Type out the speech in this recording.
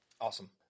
Awesome